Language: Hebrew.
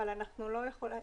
בטח.